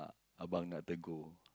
uh about nak tegur